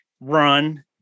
run